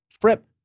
trip